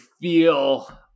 feel